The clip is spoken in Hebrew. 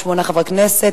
8 חברי כנסת,